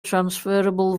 transferable